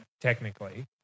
technically